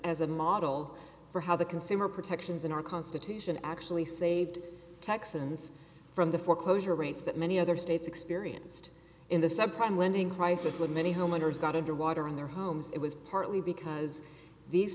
as a model for how the consumer protections in our constitution actually saved texans from the foreclosure rates that many other states experienced in the subprime lending crisis when many homeowners got underwater on their homes it was partly